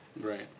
Right